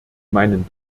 meinen